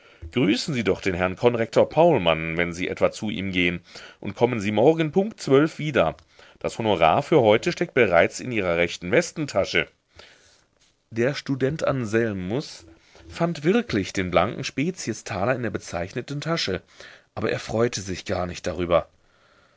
grüßen sie doch den herrn konrektor paulmann wenn sie etwa zu ihm gehen und kommen sie morgen punkt zwölf uhr wieder das honorar für heute steckt bereits in ihrer rechten westentasche der student anselmus fand wirklich den blanken speziestaler in der bezeichneten tasche aber er freute sich gar nicht darüber